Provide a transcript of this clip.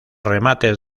remates